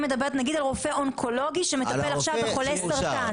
למשל, רופא אונקולוגי שמטפל עכשיו בחולה סרטן.